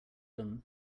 them